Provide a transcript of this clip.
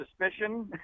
suspicion